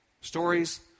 Stories